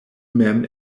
mem